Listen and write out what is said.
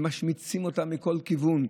ומשמיצים אותה מכל כיוון.